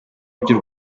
by’u